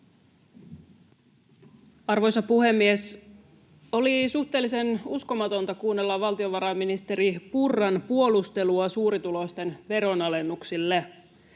Arvoisa puhemies! Oli suhteellisen uskomatonta kuunnella valtiovarainministeri Purran puolustelua suurituloisten veronalennuksille.